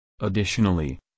Additionally